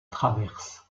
traverse